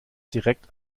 direkt